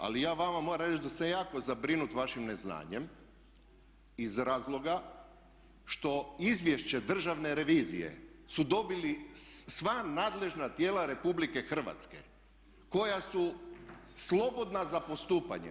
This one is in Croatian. Ali ja vama moram reći da sam jako zabrinut vašim neznanjem iz razloga što Izvješće Državne revizije su dobila sva nadležna tijela Republike Hrvatske koja su slobodna za postupanje.